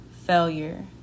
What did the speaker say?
failure